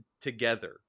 together